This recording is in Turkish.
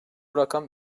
rakam